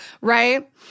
right